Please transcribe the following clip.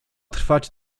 trwać